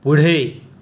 पुढे